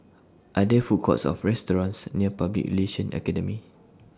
Are There Food Courts Or restaurants near Public Relations Academy